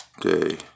day